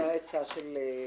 לא, לפני העצה של אסף,